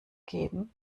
geben